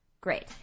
Great